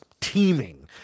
teeming